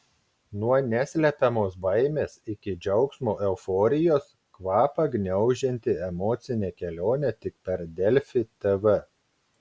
nuo neslepiamos baimės iki džiaugsmo euforijos kvapą gniaužianti emocinė kelionė tik per delfi tv